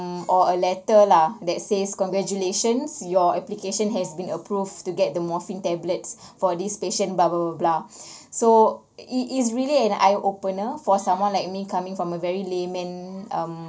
um or a letter lah that says congratulations your application has been approved to get the morphine tablets for this patient blah blah blah blah so it it is really an eye opener for someone like me coming from a very layman um